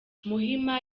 muhima